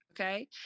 okay